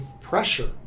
pressure